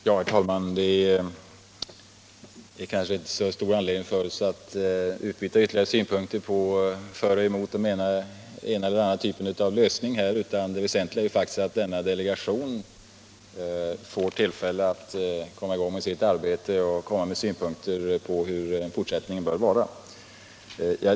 Herr talman! Det kanske inte är så stor anledning för oss att fortsätta att utbyta synpunkter för och emot eller att diskutera den ena eller den andra lösningen, utan det väsentliga är att denna delegation får tillfälle att komma i gång med sitt arbete och att framlägga synpunkter på hur fortsättningen bör bli.